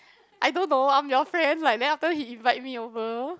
I don't know I'm your friend like then after he invite me over